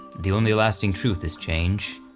the only lasting truth is change.